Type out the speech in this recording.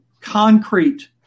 concrete